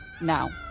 now